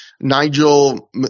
Nigel